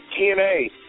TNA